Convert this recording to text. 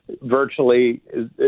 virtually